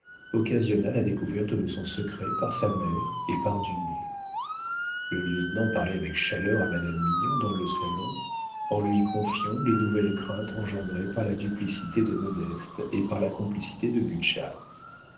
occasionna la découverte de son secret par sa mère et par dumay le lieutenant parlait avec chaleur à madame mignon dans le salon en lui confiant les nouvelles craintes engendrées par la duplicité de modeste et par la complicité de butscha